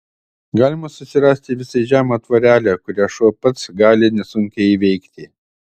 galima susirasti visai žemą tvorelę kurią šuo pats gali nesunkiai įveikti